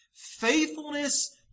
faithfulness